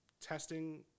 testing